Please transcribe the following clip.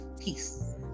peace